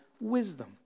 wisdom